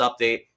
update